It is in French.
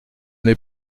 n’ai